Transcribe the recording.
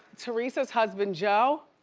teresa's husband joe,